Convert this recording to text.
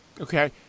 Okay